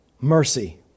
mercy